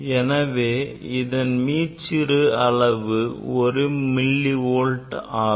எனவே இதன் மீச்சிறு அளவு ஒரு மில்லி வோல்ட் ஆகும்